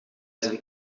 zijn